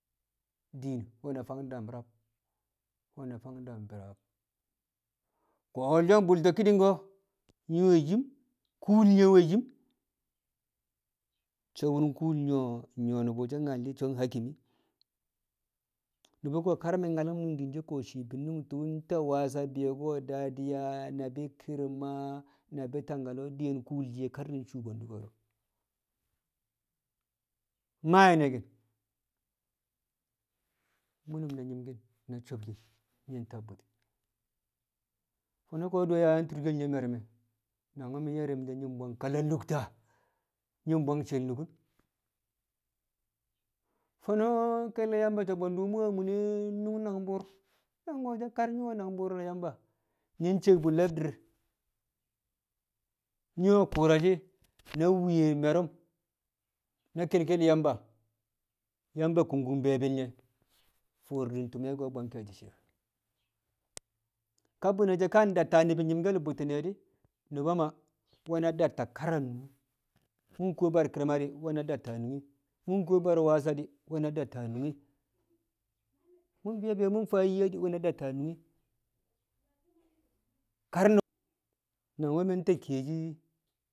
din nwe̱na fang dam rab, nwe̱na fang bi̱raab ko̱ wolyong bu̱lto̱ ki̱ni̱ng ko̱ nyi̱ we̱ yim kuul ye̱ we̱ yim so̱ wom kuul yon nyu̱wo̱ mu̱ nyal shi̱ so̱ Hakimi nu̱bu̱ ko̱ kar mi̱ nyalu̱m din shii bi̱nnu̱ng tu̱u̱ nta Wassa bi̱yo̱ko̱ Dadiya na bi Kirma. na bi Tangkalo kar kuul shiye di̱ suu bwe̱ndu̱ ko̱ro̱ mma nyine ki̱n? bune nyɪmki̱n na sobkin nyi̱ tab bu̱ti̱ fo̱no̱ ko̱ di̱ we̱ yang turkel me̱ru̱m e? nangwu̱ mi̱ nye̱rni̱n nyi̱ bwang kala lu̱tta, bwang she̱l nukun. Fo̱no̱ ke̱lle̱ Yamba nye̱ so̱ bwe̱ndu̱ mu̱ a mune nu̱ng nangbu̱u̱r na Yamba nyi̱ cek bu̱ le̱bdi̱r nyi̱ we̱ ku̱u̱ra shi̱ na mwi̱ye̱ me̱ru̱m na ke̱lke̱l Yamba, Yamba kung kung be̱e̱bi̱l nye̱ fo̱o̱r di̱n ti̱me̱ ko̱ bwang kẹe̱shi̱ shi̱i̱r ka bune she̱ a datta ni̱bi̱ nyi̱mki̱n bu̱tti̱n ne̱ di̱ nu̱ba Maa nwe̱na datta kar a nunge. Mu kuwo bar Kirma nwe̱na datta nunge, mu̱ bar Wassa di nwe̱na datta nunge, mu̱ bi̱ƴo̱ mu̱ faa Yeya di̱ nwe̱na datta nunge, kar nu̱bu̱ ko̱ mi̱ ta kiye shi̱